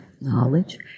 knowledge